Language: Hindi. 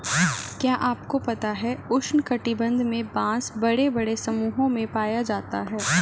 क्या आपको पता है उष्ण कटिबंध में बाँस बड़े बड़े समूहों में पाया जाता है?